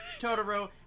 Totoro